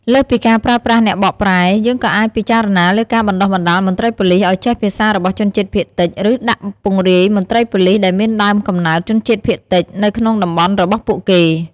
លើសពីការប្រើប្រាស់អ្នកបកប្រែ យើងក៏អាចពិចារណាលើការបណ្ដុះបណ្ដាលមន្ត្រីប៉ូលិសឱ្យចេះភាសារបស់ជនជាតិភាគតិច ឬដាក់ពង្រាយមន្ត្រីប៉ូលិសដែលមានដើមកំណើតជាជនជាតិភាគតិចនៅក្នុងតំបន់របស់ពួកគេ។